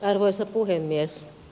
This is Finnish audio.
arvoisa puhemies